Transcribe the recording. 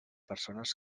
persones